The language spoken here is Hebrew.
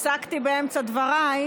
אתה הפסקת אותי באמצע דבריי.